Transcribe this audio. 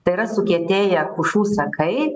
tai yra sukietėję pušų sakai